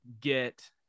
get